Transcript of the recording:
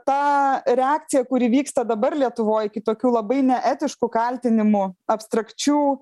ta reakcija kuri vyksta dabar lietuvoj kitokiu labai neetišku kaltinimu abstrakčių